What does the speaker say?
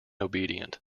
obedient